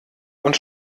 und